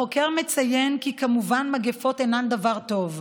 החוקר מציין כי מובן שמגפות אינן דבר טוב,